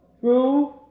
true